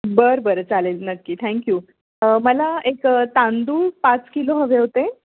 बरं बरं चालेल नक्की थँक्यू मला एक तांदूळ पाच किलो हवे होते